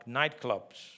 nightclubs